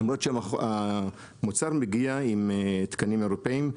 למרות שהמוצר מגיע עם תקנים אירופאים,